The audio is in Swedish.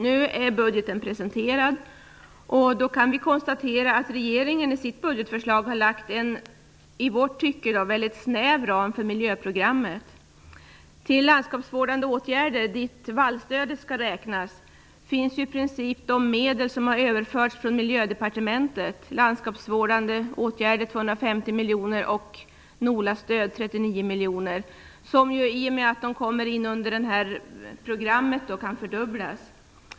Nu är budgeten presenterad och vi kan konstatera att regeringen i sitt budgetförslag har lagt en i vårt tycke mycket snäv ram för miljöprogrammet. Till landskapsvårdande åtgärder, dit vallstödet skall räknas, finns i princip de medel som har överförts från 250 miljoner, och NOLA-stöd, 39 miljoner, som i och med att de kommer in under det här programmet kan fördubblas.